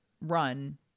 run